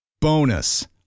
Bonus